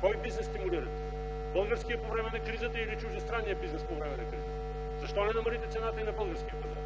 Кой бизнес стимулирате – българския по време на кризата, или чуждестранния бизнес по време на кризата? Защо не намалите цената и на българския пазар?